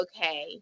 okay